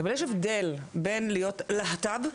אבל יש הבדל בין להיות להט"ב,